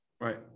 Right